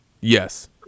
Yes